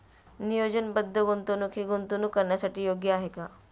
नियोजनबद्ध गुंतवणूक हे गुंतवणूक करण्यासाठी योग्य आहे का?